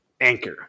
Anchor